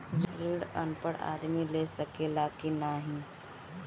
ऋण अनपढ़ आदमी ले सके ला की नाहीं?